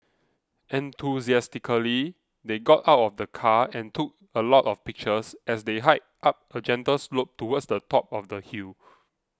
enthusiastically they got out of the car and took a lot of pictures as they hiked up a gentle slope towards the top of the hill